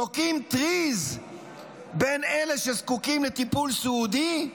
תוקעים טריז בין אלה שזקוקים לטיפול סיעודי,